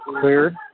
cleared